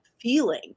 feeling